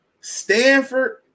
Stanford